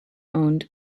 owned